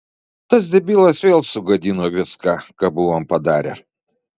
tas debilas vėl sugadino viską ką buvom padarę